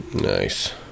Nice